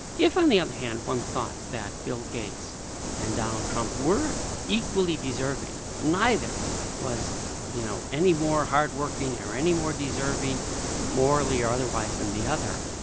if on the other hand one thought that bill gates and donald trump were equally deserving, neither was you know any more hard-working or any more deserving morally or otherwise than the other,